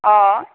অঁ